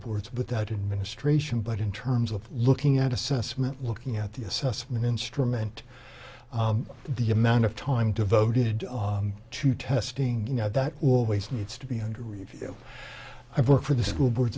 boards without administration but in terms of looking at assessment looking at the assessment instrument the amount of time devoted to testing you know that always needs to be under review i've worked for the school board